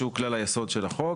שהוא כלל היסוד של החוק,